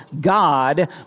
God